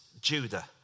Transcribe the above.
Judah